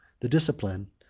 the discipline,